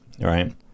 right